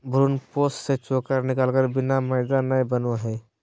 भ्रूणपोष से चोकर निकालय बिना मैदा नय बनो हइ